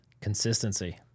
Consistency